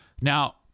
Now